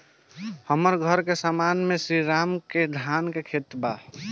हमर घर के सामने में श्री राम के धान के खेत बा